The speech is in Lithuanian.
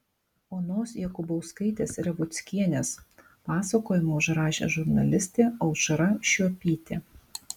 onos jakubauskaitės revuckienės pasakojimą užrašė žurnalistė aušra šuopytė